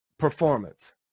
performance